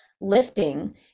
lifting